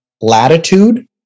latitude